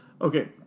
Okay